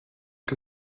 que